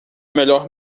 melhor